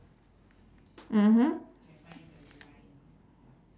mmhmm